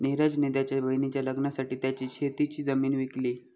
निरज ने त्याच्या बहिणीच्या लग्नासाठी त्याची शेतीची जमीन विकली